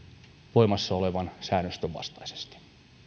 voimassa olevan säännöstön vastaisesti